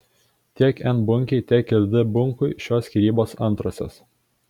tiek n bunkei tiek ir d bunkui šios skyrybos antrosios